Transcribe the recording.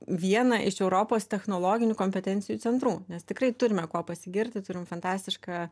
vieną iš europos technologinių kompetencijų centrų nes tikrai turime kuo pasigirti turim fantastišką